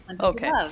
Okay